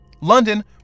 London